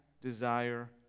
desire